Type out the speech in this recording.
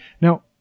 Now